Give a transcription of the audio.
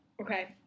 Okay